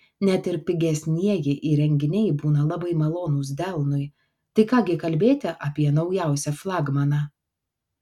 net ir pigesnieji įrenginiai būna labai malonūs delnui tai ką gi kalbėti apie naujausią flagmaną